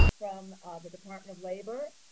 from ah the department of labor.